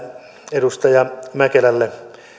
edustaja mäkelälle